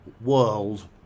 world